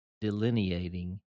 delineating